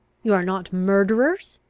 you are not murderers?